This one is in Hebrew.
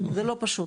זה לא פשוט.